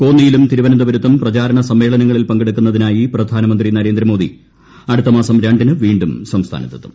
കോന്നിയിലും തിരുവനന്തപുരത്തും പ്രചാരണ സമ്മേളനങ്ങളിൽ പങ്കെടുക്കുന്നതി നായി പ്രധാനമന്ത്രി നരേന്ദ്ര മോദി അടുത്ത മാസം രണ്ടിന് വീണ്ടും സംസ്ഥാനത്ത് എത്തും